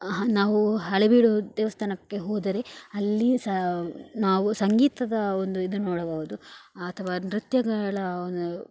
ನಾವು ಹಳೆಬೀಡು ದೇವಸ್ಥಾನಕ್ಕೆ ಹೋದರೆ ಅಲ್ಲಿ ಸಹ ನಾವು ಸಂಗೀತದ ಒಂದು ಇದು ನೋಡಬೌದು ಅಥವಾ ನೃತ್ಯಗಳ